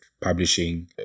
publishing